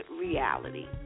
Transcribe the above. reality